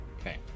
Okay